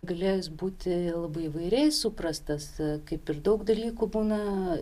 galėjo jis būti labai įvairiai suprastas kaip ir daug dalykų būna